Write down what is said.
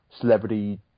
Celebrity